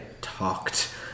talked